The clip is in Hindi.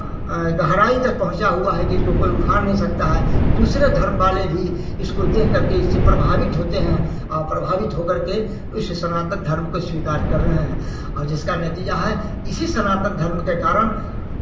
गहराई तक पहुँचा हुआ है कि इसको कोई उखाड़ नहीं सकता है दूसरे धर्म वाले भी इसको देखकर के इससे प्रभावित होते हैं और प्रभावित होकर के उस सनातन धर्म को स्वीकार कर रहे हैं और जिसका नतीजा है इसी सनातन धर्म के कारण